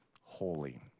holy